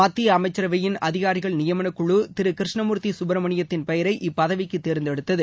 மத்திய அமைச்சரவையின் அதிகாரிகள் நியமனக்குழு திரு கிருஷ்ணமூர்த்தி சுட்ரமணியத்தின் பெயரை இப்பதவிக்கு தேர்ந்தெடுத்தது